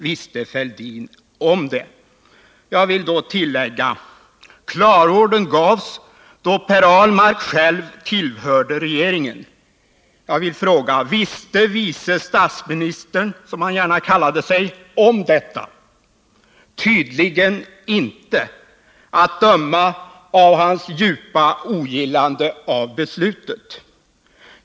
Visste Fälldin om det?” Jag vill här tillägga: Klarordern gavs då Per Ahlmark själv tillhörde regeringen. Jag frågar: Visste vice statsministern, som han gärna kallade sig, om detta? Tydligen inte — att döma av hans djupa ogillande av beslutet.